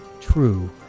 true